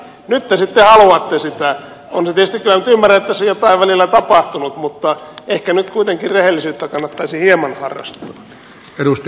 kyllä minä tietysti ymmärrän että tässä on jotain välillä tapahtunut mutta ehkä nyt kuitenkin rehellisyyttä kannattaisi hieman harrastaa